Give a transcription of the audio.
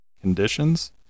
conditions